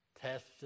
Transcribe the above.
tests